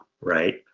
right